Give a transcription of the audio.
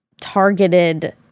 targeted